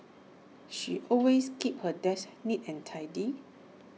she always keeps her desk neat and tidy